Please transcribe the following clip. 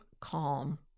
calm